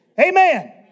Amen